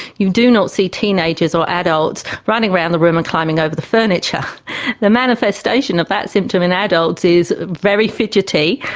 you do not see teenagers or adults running around the room and climbing over the furniture the manifestation of that symptom in adults is very fidgety,